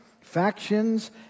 factions